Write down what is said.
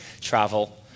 travel